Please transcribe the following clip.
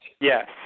Yes